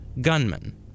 gunmen